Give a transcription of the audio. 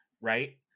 right